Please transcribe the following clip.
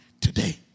today